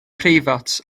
preifat